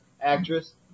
actress